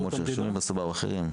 כל השמות שרשומים, בסוף באו אחרים,